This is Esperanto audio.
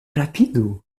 rapidu